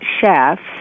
chefs